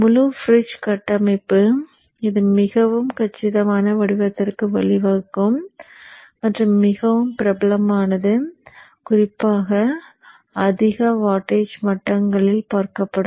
முழு பிரிட்ஜ் கட்டமைப்பு இது மிகவும் கச்சிதமான வடிவத்திற்கு வழிவகுக்கும் மற்றும் மிகவும் பிரபலமானது குறிப்பாக அதிக வாட்டேஜ் மட்டங்களில் பார்க்கப்படும்